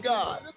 God